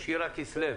שירה כסלו,